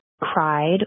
cried